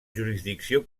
jurisdicció